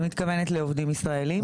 אני מתכוונת לעובדים ישראלים.